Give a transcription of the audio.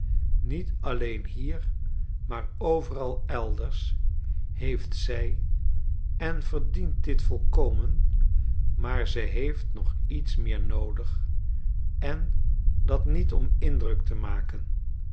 niet alleen hier maar overal elders heeft zy en verdient dit volkomen maar ze heeft nog iets meer noodig en dat niet om indruk te maken